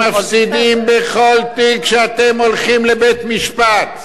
אתם מפסידים בכל תיק שאתם הולכים לבית-משפט.